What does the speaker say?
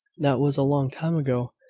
that was a long time ago.